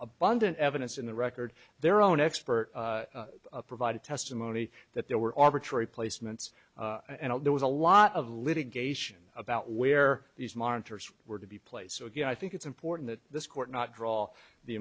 abundant evidence in the record their own expert provided testimony that there were arbitrary placements and there was a lot of litigation about where these monitors were to be placed so again i think it's important that this court not draw the